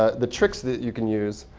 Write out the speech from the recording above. ah the tricks that you can use.